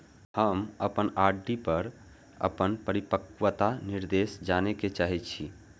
हम अपन आर.डी पर अपन परिपक्वता निर्देश जाने के चाहि छी